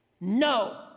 No